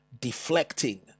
deflecting